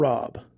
Rob